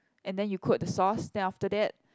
and then you quote the source then after that